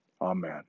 Amen